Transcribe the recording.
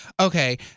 okay